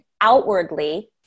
outwardly